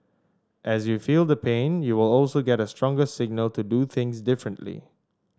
as you feel the pain you will also get a stronger signal to do things differently